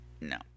No